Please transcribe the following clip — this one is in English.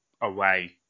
away